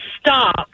stop